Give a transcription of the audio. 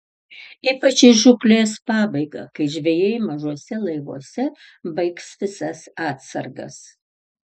ypač į žūklės pabaigą kai žvejai mažuose laivuose baigs visas atsargas